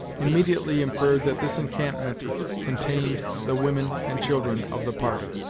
immediately inferred that this encampment contained the women and children of the party.